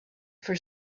for